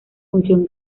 función